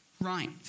Right